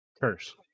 curse